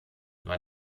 war